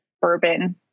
bourbon